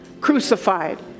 crucified